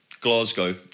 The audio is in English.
Glasgow